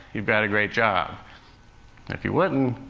you've got a great job. and if you wouldn't,